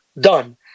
done